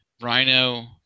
Rhino